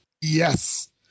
Yes